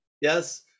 yes